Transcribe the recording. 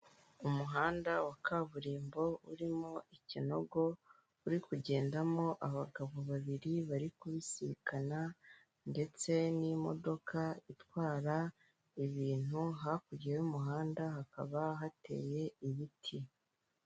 Umuhanda wa kaburimbo urimo ikinogo, uri kugendamo abagabo babiri bari kubisikana, ndetse n'imodoka itwara ibintu hakurya y'umuhanda hakaba hateye ibiti.